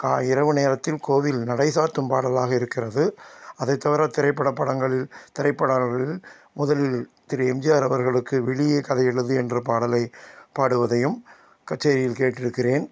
கா இரவு நேரத்தில் கோவில் நடை சாத்தும் பாடலாக இருக்கிறது அதை தவிர திரைப்பட படங்கள் திரைப்பாடல்களில் முதலில் திரு எம்ஜிஆர் அவர்களுக்கு விழியே கதை எழுது என்ற பாடலை பாடுவதையும் கச்சேரியில் கேட்டிருக்கிறேன்